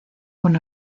con